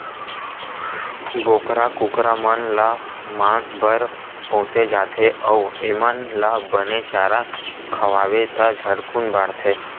बोकरा, कुकरा मन ल मांस बर पोसे जाथे अउ एमन ल बने चारा खवाबे त झटकुन बाड़थे